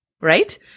right